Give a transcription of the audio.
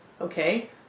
Okay